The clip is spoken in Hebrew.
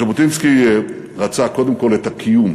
ז'בוטינסקי רצה קודם כול את הקיום,